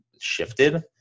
shifted